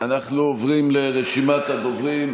אנחנו עוברים לרשימת הדוברים.